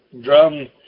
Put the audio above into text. drum